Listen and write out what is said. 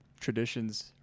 Traditions